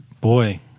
Boy